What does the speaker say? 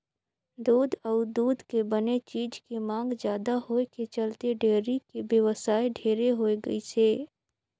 दूद अउ दूद के बने चीज के मांग जादा होए के चलते डेयरी के बेवसाय ढेरे होय गइसे